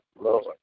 Lord